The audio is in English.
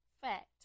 fact